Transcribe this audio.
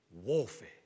warfare